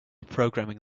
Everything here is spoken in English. programming